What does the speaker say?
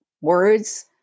words